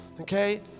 Okay